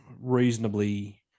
reasonably